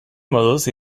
moduz